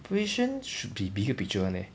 operation should be bigger picture one eh